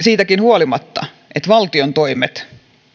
siitäkin huolimatta että valtion toimet